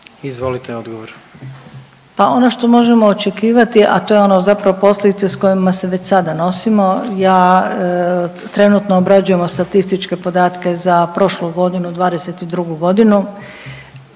Zlata** Pa ono što možemo očekivati, a to je ono zapravo posljedice s kojima se već sada nosimo. Ja trenutno obrađujemo statističke podatke za prošlu godinu, '22. godinu.